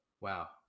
Wow